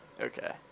Okay